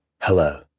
Hello